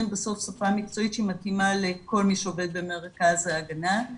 בסוף שפה מקצועית שהיא מתאימה לכל מי שעובד במרכז ההגנה.